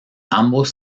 ambos